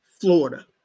Florida